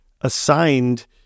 assigned